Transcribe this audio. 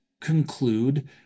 conclude